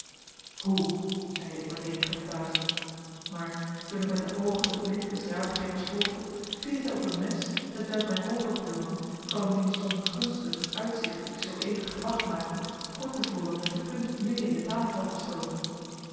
hoe zeide ik met eenige verbazing maar toen ik met de oogen den blik des raadgevers volgde vielen zij op een mes hetwelk mijn overbuurman van wiens ongunstig uitzicht ik zoo even gewag maakte kort te voren met de punt midden in de tafel had gestoken